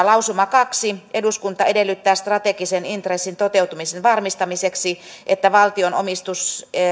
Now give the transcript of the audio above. lausuma kaksi eduskunta edellyttää strategisen intressin toteutumisen varmistamiseksi että valtion omistus